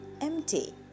empty